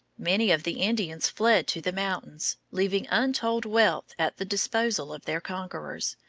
many of the indians fled to the mountains, leaving untold wealth at the disposal of their conquerors,